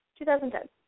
2010